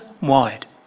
wide